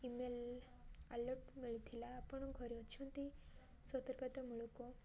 email alert ମିଳିଥିଲା ଆପଣ ଘରେ ଅଛନ୍ତି ସତର୍କକତା ମୂଳକ